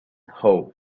hoe